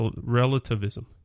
Relativism